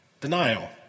Denial